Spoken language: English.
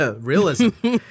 realism